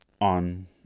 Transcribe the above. on